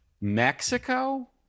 Mexico